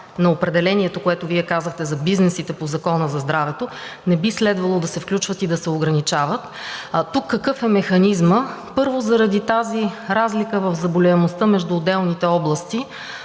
на определението, което Вие казахте за бизнесите по Закона за здравето, не би следвало да се включват и да се ограничават. А тук какъв е механизмът? Първо, заради тази разлика в заболяемостта между отделните области